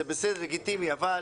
זה בסדר, לגיטימי, אבל